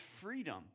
freedom